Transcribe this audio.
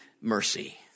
mercy